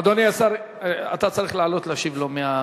אדוני השר, אתה צריך לענות מהדוכן,